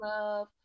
love